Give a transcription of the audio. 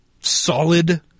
solid